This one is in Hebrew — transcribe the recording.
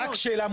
רק שאלה.